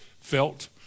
felt